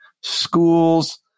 schools